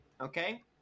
okay